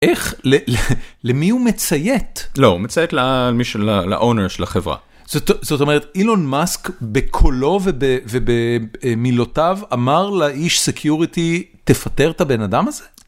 איך? ל..ל..למי הוא מציית? לא, הוא מציית ל...מי...לאונר של החברה. זאת, זאת אומרת אילון מאסק בקולו וב... ובמילותיו אמר לאיש סקיוריטי, תפטר את הבן אדם הזה?